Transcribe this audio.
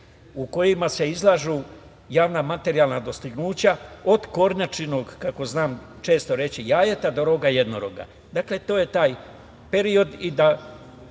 u kojima se izlažu javna materijalna dostignuća, od kornjačinog, kako znam često reći često, jajeta do roga jednoroga. Dakle, to je taj period i da